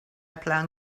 plan